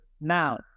Now